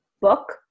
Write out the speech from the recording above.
book